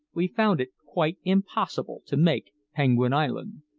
we found it quite impossible to make penguin island.